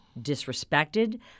disrespected